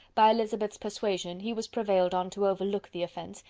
by elizabeth's persuasion, he was prevailed on to overlook the offence,